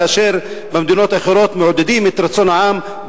כאשר במדינות האחרות מעודדים את רצון העם,